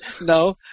No